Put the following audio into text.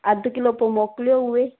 अधु किलो पोइ मोकिलियो उहे